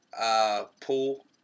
pool